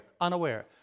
unaware